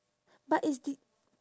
but is the